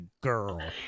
girl